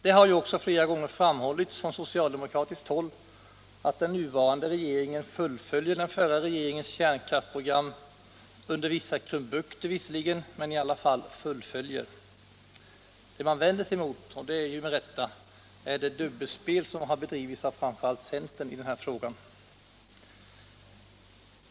Det har ju också flera gånger framhållits från socialdemokratiskt håll att den nuvarande regeringen fullföljer den förra regeringens kärnkraftsprogram om än under vissa krumbukter. Vad man vänder sig emot, och det med rätta, är det dubbelspel som har bedrivits av framför allt centern i den här frågan.